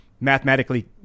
mathematically